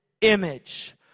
image